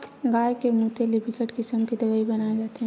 गाय के मूते ले बिकट किसम के दवई बनाए जाथे